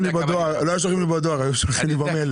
לי מכתבים בדואר; הם היו שולחים אותם במייל.